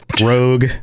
rogue